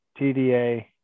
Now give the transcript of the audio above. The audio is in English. TDA